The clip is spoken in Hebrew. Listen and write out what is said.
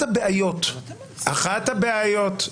לוותר עליה כי יש מקרים שאי אפשר להוכיח את העילות האחרות.